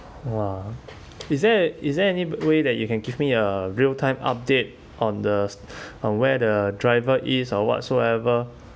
!wah! is there is there any way that you can give me a realtime update on the on where the driver is or whatsoever